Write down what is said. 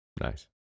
Nice